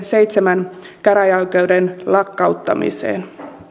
seitsemän käräjäoikeuden lakkauttamiseen